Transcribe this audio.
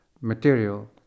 material